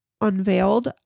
unveiled